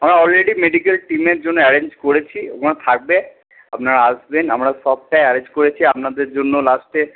হ্যাঁ already medical টিমের জন্যে অ্যারেঞ্জ করেছি ওখানে থাকবে আপনারা আসবেন আমরা সবটাই অ্যারেঞ্জ করেছি আপনাদের জন্য লাস্টে